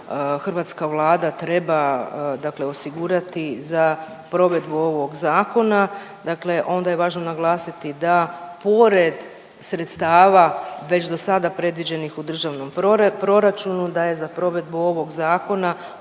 hrvatska Vlada treba, dakle osigurati za provedbu ovog zakona. Dakle, onda je važno naglasiti da pored sredstava već do sada predviđenih u državnom proračunu, da je za provedbu ovog zakona